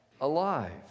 alive